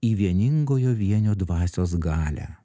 į vieningojo vienio dvasios galią